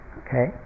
okay